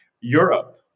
Europe